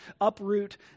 uproot